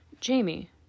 Jamie